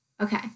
Okay